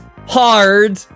hard